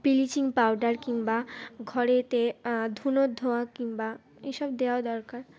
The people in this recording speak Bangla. ব্লিচিং পাউডার কিংবা ঘরেতে ধুনেরোর ধোঁয়া কিংবা এসব দেওয়া দরকার